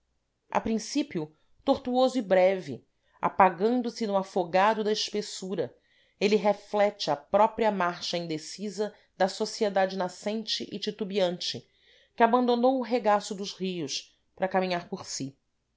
a princípio tortuoso e breve apagando se no afogado da espessura ele reflete a própria marcha indecisa da sociedade nascente e titubeante que abandonou o regaço dos rios para caminhar por si